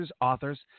authors